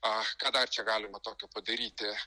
ach ką dar čia galima tokio padaryti